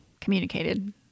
communicated